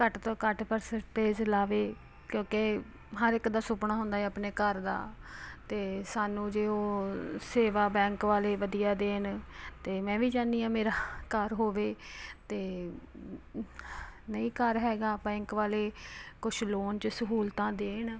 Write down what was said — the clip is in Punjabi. ਘੱਟ ਤੋਂ ਘੱਟ ਪ੍ਰਸੈਟੇਜ਼ ਲਾਵੇ ਕਿਉਂਕਿ ਹਰ ਇੱਕ ਦਾ ਸੁਪਨਾ ਹੁੰਦਾ ਆਪਣੇ ਘਰ ਦਾ ਅਤੇ ਸਾਨੂੰ ਜੇ ਉਹ ਸੇਵਾ ਬੈਂਕ ਵਾਲੇ ਵਧੀਆ ਦੇਣ ਅਤੇ ਮੈਂ ਵੀ ਚਾਹੁੰਦੀ ਹਾਂ ਮੇਰਾ ਘਰ ਹੋਵੇ ਅਤੇ ਨਹੀਂ ਘਰ ਹੈਗਾ ਬੈਂਕ ਵਾਲੇ ਕੁਛ ਲੋਨ ਸਹੂਲਤਾਂ ਦੇਣ